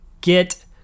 get